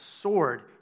sword